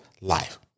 life